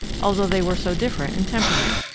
although they were so different in temperament.